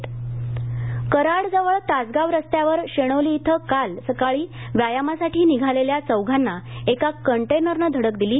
अपघात कराड जवळ तासगाव रस्त्यावर शेणोली धिं काल सकाळी व्यायामासाठी निघालेल्या चौघांना एका कंटेनरनं धडक दिली